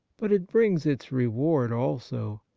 but it brings its reward also.